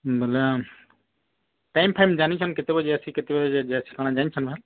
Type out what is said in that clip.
ବୋଲେ ଟାଇମ୍ ଫାଇମ୍ ଜାଣିଛନ୍ତି କେତେ ବଜେ ଅଛି କେତେ ବଜେ ଠିକଣା ଜାଣିଛନ୍ତି ନା